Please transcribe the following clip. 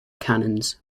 canons